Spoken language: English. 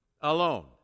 alone